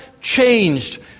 changed